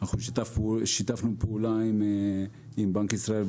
אנחנו שיתפנו פעולה עם בנק ישראל,